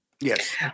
Yes